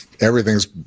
everything's